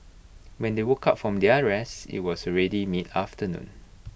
when they woke up from their rest IT was already mid afternoon